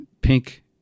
pink